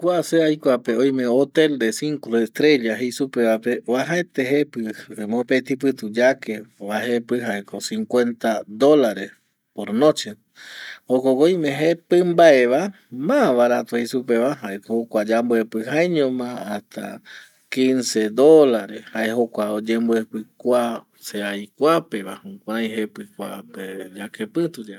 Kua se aikoape oime mopeti hotel cinco estrella supe va pe uajaete jepi mopeti putu yake va jepi jaeko cincuenta dolares por noche jokgüi oime jepi mbaeva ma barato oi supeva jaeño ma hasta quice dólar jae jokua oyembuepi kua se aikoa rupi